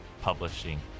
Publishing